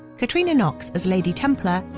catriona knox as lady templar,